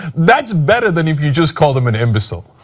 that is better than if you just called him an imbecile.